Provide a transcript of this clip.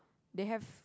they have